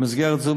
במסגרת זו,